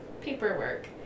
Paperwork